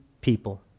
people